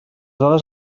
dades